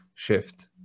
shift